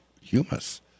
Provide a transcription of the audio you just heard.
humus